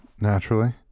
naturally